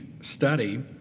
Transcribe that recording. study